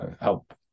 help